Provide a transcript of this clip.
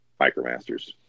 micromasters